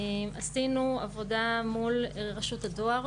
עשינו עבודה מול רשות הדואר,